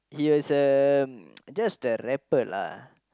he was um just a rapper lah